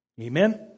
Amen